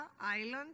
Island